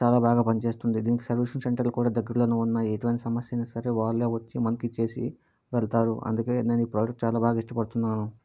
చాలాబాగా పనిచేస్తుంది దీనికి సర్వీసింగ్ సెంటర్లు కూడా దగ్గర్లోనే ఉన్నాయి ఎటువంటి సమస్య అయిన సరే వాళ్ళే వచ్చి మనకి చేసి వెళ్తారు అందుకే నేను ఈ ప్రొడక్ట్ చాలా బాగా ఇష్టపడుతున్నాను